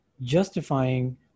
justifying